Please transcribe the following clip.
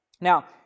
now